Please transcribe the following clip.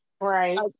right